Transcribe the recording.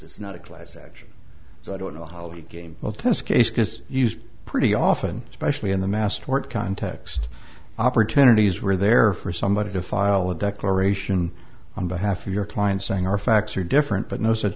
it's not a class action so i don't know how the game will test case because used pretty often especially in the mass tort context opportunities were there for somebody to file a declaration on behalf of your client saying our facts are different but no such